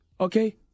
Okay